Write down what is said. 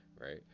right